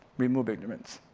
remove ignorance.